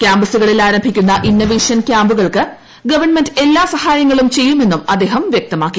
കൃാമ്പസുകളിൽ ആരംഭിക്കുന്ന ഇന്നവേഷൻ കൃാമ്പുകൾക്ക് ഗവൺമെന്റ് എല്ലാ സഹായങ്ങളും ചെയ്യുമെന്നും അദ്ദേഹം വ്യക്തമാക്കി